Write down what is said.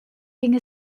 ging